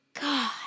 God